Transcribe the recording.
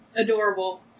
Adorable